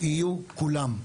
יהיו כולם,